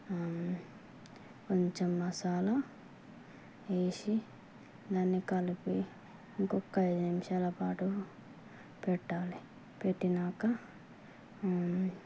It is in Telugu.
కొంచెం మసాలా వేసి దాన్ని కలిపి ఇంకొక్క అయిదు నిమిషాలపాటు పెట్టాలి పెట్టినాక